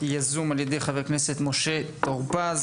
חברי הכנסת משה טור פז,